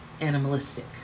animalistic